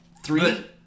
Three